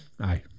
aye